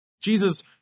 Jesus